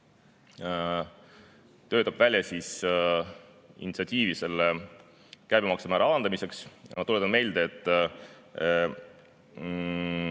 töötab välja initsiatiivi selle käibemaksumäära alandamiseks. Ma tuletan meelde, et